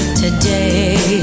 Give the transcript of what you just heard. today